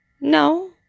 No